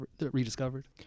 rediscovered